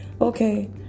Okay